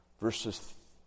Verses